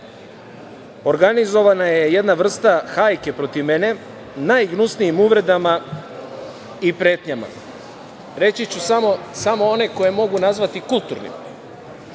organizovana je jedna vrsta hajke protiv mene najgnusnijim uvredama i pretnjama. Reći ću samo one koje mogu nazvati kulturnim.„Milićević